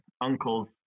uncles